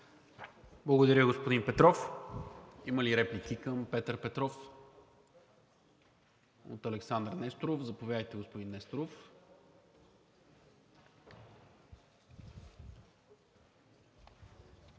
Благодаря, господин Петров. Има ли реплики към Петър Петров? От Александър Несторов. Заповядайте, господин Несторов.